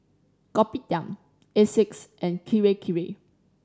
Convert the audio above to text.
Kopitiam Asics and Kirei Kirei